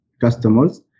customers